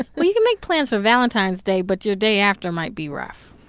and well, you can make plans for valentine's day, but your day after might be rough